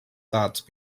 thoughts